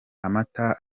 amata